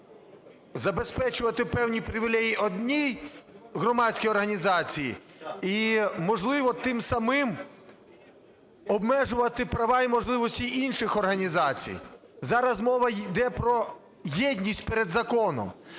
забезпечувати певні привілеї одній громадській організації і, можливо, тим самим обмежувати права і можливості інших організацій? Зараз мова йде про єдність перед законом.